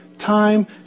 time